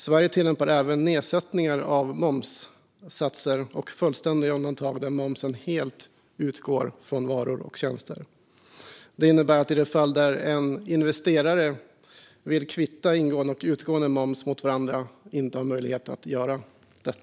Sverige tillämpar även nedsättningar av momssatser och fullständiga undantag där momsen helt utgår på varor och tjänster. Det innebär att den investerare som vill kvitta ingående och utgående moms mot varandra inte har möjlighet att göra det.